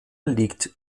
liegt